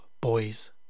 Boys